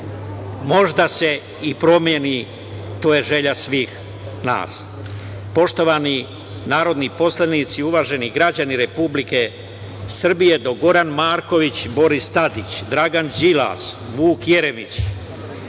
možda se i promeni. To je želja svih nas. Poštovani narodni poslanici, uvaženi građani Republike Srbije, dok Goran Marković, Boris Tadić, Dragan Đilas, Vuk Jeremić